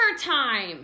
time